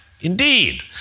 Indeed